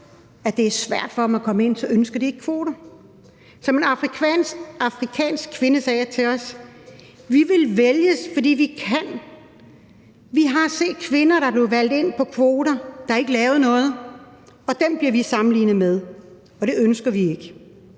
om det er svært for dem at komme ind. Som en afrikansk kvinde sagde til os: Vi vil vælges, fordi vi kan; vi har set kvinder, der er blevet valgt ind på kvoter, og som ikke lavede noget; dem bliver vi sammenlignet med, og det ønsker vi ikke.